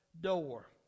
door